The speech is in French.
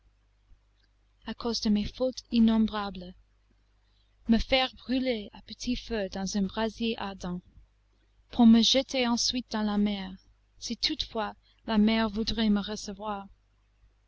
à cause de mes fautes innombrables me faire brûler à petit feu dans un brasier ardent pour me jeter ensuite dans la mer si toutefois la mer voudrait me recevoir